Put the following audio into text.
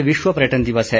आज विश्व पर्यटन दिवस है